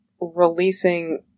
releasing